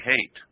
hate